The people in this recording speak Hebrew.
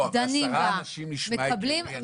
לא, עשרה אנשים נשמע הגיוני.